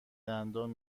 دندان